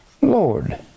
Lord